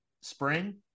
spring